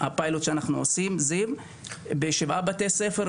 הפיילוט שאנחנו עושים בשבעה בתי ספר,